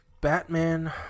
Batman